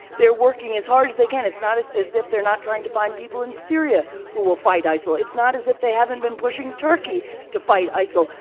they're working as hard as they can. it's not as as if they're not trying to find people in syria who will fight isil. it's not as if they haven't been pushing turkey to fight isil. so